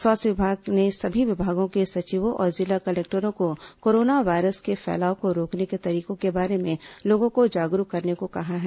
स्वास्थ्य विभाग ने सभी विभागों के सचिवों और जिला कलेक्टरों को कोरोना वायरस के फैलाव को रोकने के तरीकों के बारे में लोगों को जागरूक करने को कहा है